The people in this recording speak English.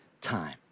time